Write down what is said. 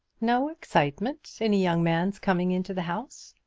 no excitement in a young man's coming into the house!